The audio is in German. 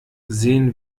sehen